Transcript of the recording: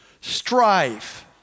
Strife